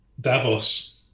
Davos